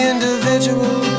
individual